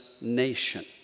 nation